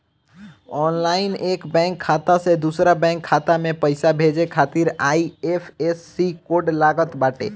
online एक bank खाता से दूसरा बैंक खाता में पईसा भेजे खातिर आई.एफ.एस.सी कोड लागत बाटे